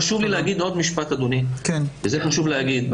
חשוב לי להגיד עוד משפט אדוני וזה חשוב להגיד,